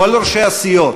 לכל ראשי הסיעות,